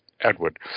edward